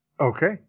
Okay